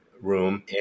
room